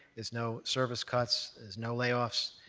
there's no service cuts, there's no layoffs.